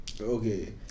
Okay